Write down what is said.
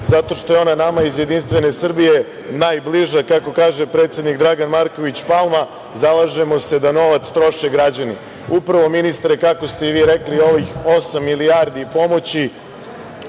Zato što je ona nama iz JS najbliža, kako kaže predsednik Dragan Marković Palma, zalažemo se da novac troše građani. Upravo ministre kako ste i vi rekli ovih osam milijardi pomoći